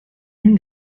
une